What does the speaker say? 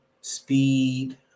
speed